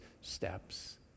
steps